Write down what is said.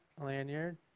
lanyard